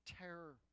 terror